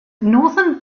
northern